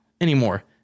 anymore